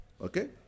Okay